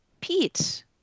pete